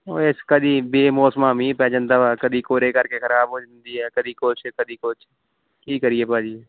ਉਹ ਇਸ ਕਦੇ ਬੇਮੌਸਮਾਂ ਮੀਂਹ ਪੈ ਜਾਂਦਾ ਵਾ ਕਦੇ ਕੋਰੇ ਕਰਕੇ ਖਰਾਬ ਹੋ ਜਾਂਦੀ ਹੈ ਕਦੇ ਕੁਛ ਕਦੇ ਕੁਛ ਕੀ ਕਰੀਏ ਭਾਅ ਜੀ